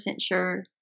sure